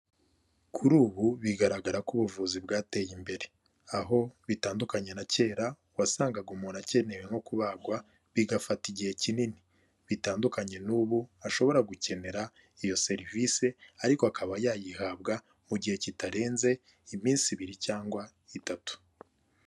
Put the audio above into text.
Kuri ubu bigaragara ko ubuvuzi bwateye imbere, aho bitandukanye na kera wasangaga umuntu akenewe nko kubagwa bigafata igihe kinini, bitandukanye n'ubu ashobora gukenera iyo serivisi ariko akaba yayihabwa mu gihe kitarenze iminsi ibiri cyangwa itatu.